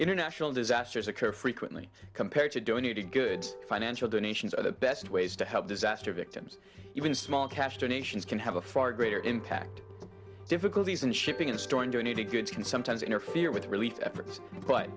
international disasters occur frequently compared to doing good financial donations are the best ways to help disaster victims even small cash donations can have a far greater impact difficulties in shipping and storing donated goods can sometimes interfere with relief efforts but